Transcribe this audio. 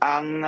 Ang